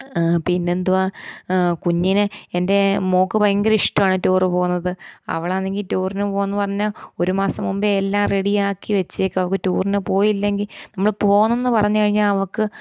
പിന്നെ എന്തുവാ കുഞ്ഞിനെ എൻ്റെ മകൾക്ക് ഭയങ്കര ഇഷ്ടമാണ് ടൂർ പോകുന്നത് അവളാണെങ്കിൽ ടൂറിന് പോകാമെന്ന് പറഞ്ഞാണ് ഒരുമാസം മുമ്പേ എല്ലാം റെഡിയാക്കി വച്ചേക്കും അവൾക്ക് ടൂറിന് പോയില്ലെങ്കിൽ നമ്മൾ പോകുമെന്ന് പറഞ്ഞു കഴിഞ്ഞാൽ അവൾക്ക്